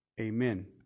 Amen